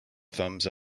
thumbs